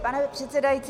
Pane předsedající.